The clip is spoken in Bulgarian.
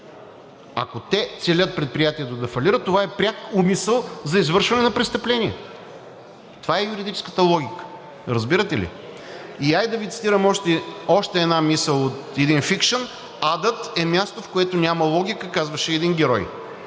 Ако те целят предприятието да фалира, това е пряк умисъл за извършване на престъпление. Това е юридическата логика, разбирате ли? Хайде да Ви цитирам още една мисъл от един фикшън: „Адът е място, в което няма логика“, казваше един герой.